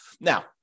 Now